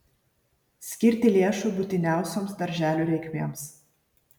skirti lėšų būtiniausioms darželių reikmėms